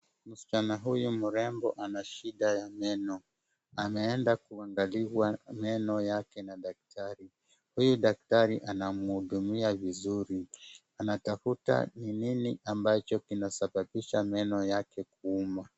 Msichana huyu mrembo ana shida ya meno, ameenda kuangaliwa meno yake na daktari, huyu daktari anamhudumia vizuri , anatafuta ni nini ambacho kinasababisha meno yake kuuma.